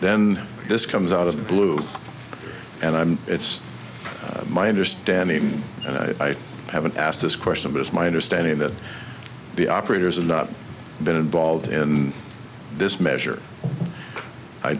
then this comes out of the blue and i'm it's my understanding and i haven't asked this question but it's my understanding that the operators are not been involved in this measure i